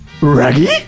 Raggy